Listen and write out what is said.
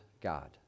God